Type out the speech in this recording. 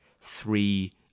three